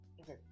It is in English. Okay